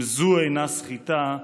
אם זו אינה סחיטה,